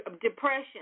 depression